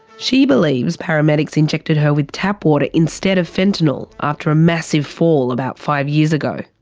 she believes paramedics injected her with tap water instead of fentanyl after a massive fall about five years ago.